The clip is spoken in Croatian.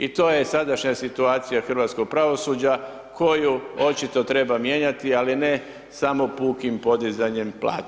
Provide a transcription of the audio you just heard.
I to je sadašnja situacija hrvatskog pravosuđa koju očito treba mijenjati ali ne samo pukim podizanjem plaća.